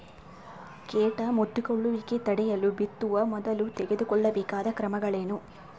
ಕೇಟ ಮುತ್ತಿಕೊಳ್ಳುವಿಕೆ ತಡೆಯಲು ಬಿತ್ತುವ ಮೊದಲು ತೆಗೆದುಕೊಳ್ಳಬೇಕಾದ ಕ್ರಮಗಳೇನು?